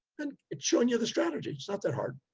and it's showing you the strategy. it's not that hard.